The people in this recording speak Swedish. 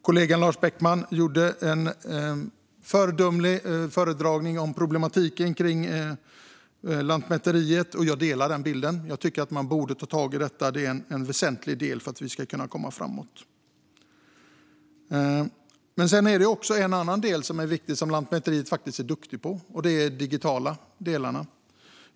Kollegan Lars Beckman gjorde en föredömlig föredragning av problematiken med Lantmäteriet, och jag håller med om den beskrivningen. Jag tycker att man borde ta tag i detta; det är en väsentlig del för att vi ska kunna komma framåt. Det finns också något annat som är viktigt och som Lantmäteriet är duktiga på, nämligen de digitala delarna.